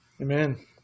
Amen